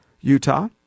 Utah